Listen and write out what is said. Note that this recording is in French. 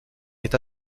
est